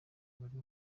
wari